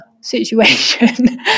situation